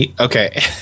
Okay